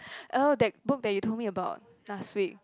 oh that book that you told me about last week